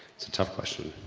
it's a tough question.